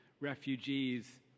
refugees